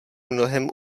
mnohem